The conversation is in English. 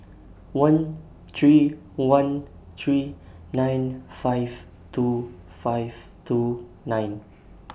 one three one three nine five two five two nine